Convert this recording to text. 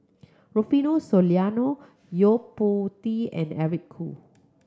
Rufino Soliano Yo Po Tee and Eric Khoo